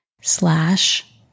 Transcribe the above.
slash